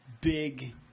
big